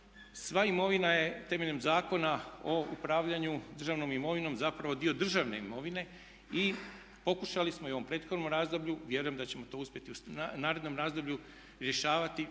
sva imovina je temeljem Zakona o upravljanju državnom imovinom zapravo dio državne imovine. I pokušali smo i u ovom prethodnom razdoblju, vjerujem da ćemo to uspjeti u narednom razdoblju rješavati